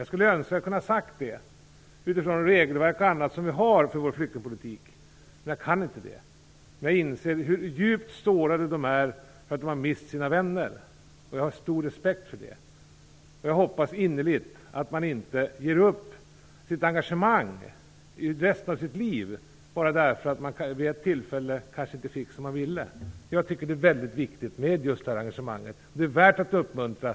Jag önskar att jag kunde ha sagt det utifrån det regelverk som vi har för vår flyktingpolitik. Men jag kunde inte det. Jag inser hur djupt sårade dessa ungdomar är för att de har mist sina vänner, och jag har stor respekt för detta. Jag hoppas innerligt att de inte ger upp sitt engagemang för resten av livet bara därför att de vid ett tillfälle inte fick som de ville. Jag tycker att detta engagemang är väldigt viktigt och värt att uppmuntra.